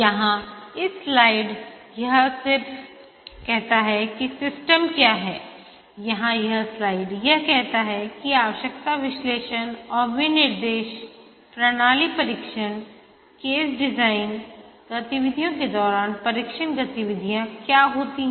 यहाँ इस स्लाइड यह सिर्फ यह कहता है कि सिस्टम क्या हैं यहाँ यह स्लाइड यह कहता है कि आवश्यकता विश्लेषण और विनिर्देश प्रणाली परीक्षणकेस डिज़ाइन गतिविधियों के दौरान परीक्षण गतिविधियाँ क्या होती हैं